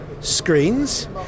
screens